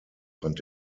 fand